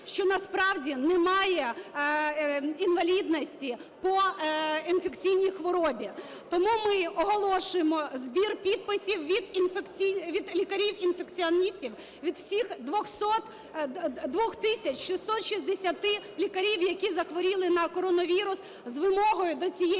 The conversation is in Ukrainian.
що насправді немає інвалідності по інфекційній хворобі. Тому ми оголошуємо збір підписів від лікарів-інфекціоністів, від всіх 2660 лікарів, які захворіли на коронавірус, з вимогою до цієї влади,